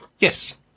Yes